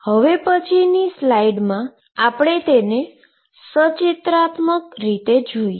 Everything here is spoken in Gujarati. હવે પછીની સ્લાઈડમાં આપણે તેને સચિત્રાત્મક રીતે જોઈએ